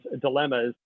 dilemmas